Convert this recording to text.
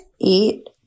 eat